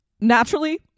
naturally